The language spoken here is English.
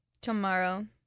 tomorrow